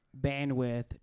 bandwidth